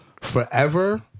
forever